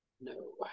no